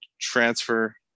transfer